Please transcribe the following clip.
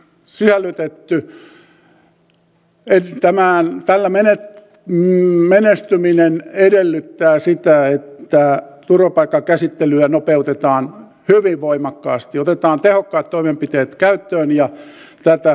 tällä summalla joka budjettiin on sisällytetty menestyminen edellyttää sitä että turvapaikkakäsittelyä nopeutetaan hyvin voimakkaasti otetaan tehokkaat toimenpiteet käyttöön ja tätä edellytämme